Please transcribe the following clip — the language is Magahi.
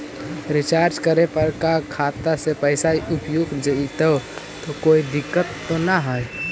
रीचार्ज करे पर का खाता से पैसा उपयुक्त जितै तो कोई दिक्कत तो ना है?